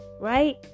right